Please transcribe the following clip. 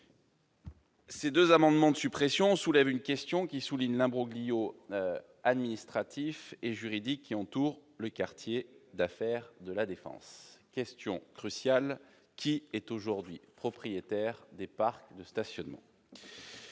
Ces deux amendements de suppression soulignent l'imbroglio administratif et juridique qui entoure le quartier d'affaires de La Défense. La question cruciale est : qui est aujourd'hui propriétaire des parcs de stationnement ?